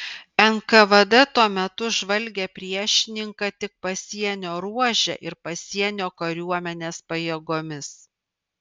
nkvd tuo metu žvalgė priešininką tik pasienio ruože ir pasienio kariuomenės pajėgomis